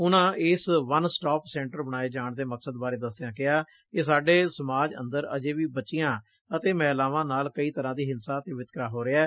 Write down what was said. ਉਨਾਂ ਇਸ one stop centre ਬਣਾਏ ਜਾਣ ਦੇ ਮਕਸਦ ਬਾਰੇ ਦਸਦਿਆ ਕਿਹਾ ਕਿ ਸਾਡੇ ਸਮਾਜ ਅੰਦਰ ਅਜੇ ਵੀ ਬੌਚੀਆ ਤੇ ਮਹਿਲਾਵਾਂ ਨਾਲ ਕਈ ਤਰ੍ਪਾਂ ਦੀ ਹਿੰਸਾ ਅਤੇ ਵਿਤਕਰਾ ਹੋ ਰਿਹੈ